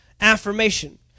affirmation